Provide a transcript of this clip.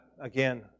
again